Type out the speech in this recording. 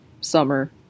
summer